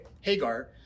Hagar